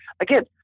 again